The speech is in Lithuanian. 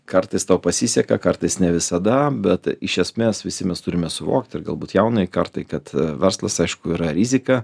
kartais tau pasiseka kartais ne visada bet iš esmės visi mes turime suvokti ir galbūt jaunajai kartai kad verslas aišku yra rizika